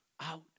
out